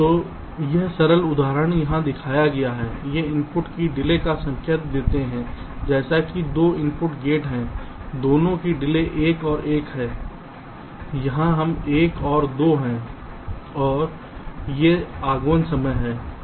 तो यह सरल उदाहरण यहां दिखाया गया है ये इनपुट की डिले का संकेत देते हैं जैसे ये 2 इनपुट गेट हैं दोनों की डिले 1 और 1 हैं यहां यह 1 और 2 हैं और ये आगमन समय हैं